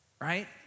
right